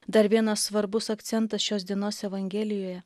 dar vienas svarbus akcentas šios dienos evangelijoje